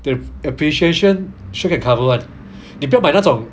the appreciation sure can cover [one] 你不要买那种